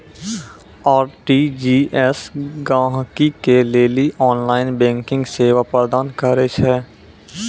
RTGS गहकि के लेली ऑनलाइन बैंकिंग सेवा प्रदान करै छै